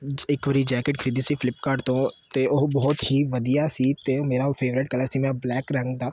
ਇੱਕ ਵਾਰੀ ਜੈਕਟ ਖਰੀਦੀ ਸੀ ਫਲਿੱਪਕਾਰਟ ਤੋਂ ਅਤੇ ਉਹ ਬਹੁਤ ਹੀ ਵਧੀਆ ਸੀ ਅਤੇ ਮੇਰਾ ਉਹ ਫੇਵਰਟ ਕਲਰ ਸੀ ਮੈਂ ਬਲੈਕ ਰੰਗ ਦਾ